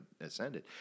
ascended